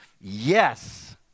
yes